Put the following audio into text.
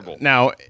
now